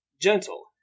gentle